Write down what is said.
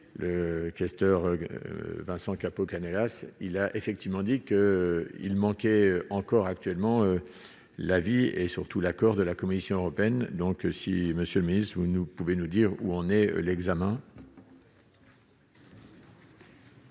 le questeur Vincent Capo Canellas, s'il a effectivement dit qu'il manquait encore actuellement la vie et surtout l'accord de la Commission européenne, donc si Monsieur le Ministre, vous ne pouvez nous dire où en est l'examen.